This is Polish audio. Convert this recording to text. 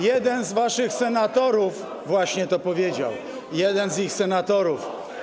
Jeden z waszych senatorów właśnie to powiedział, jeden z ich senatorów.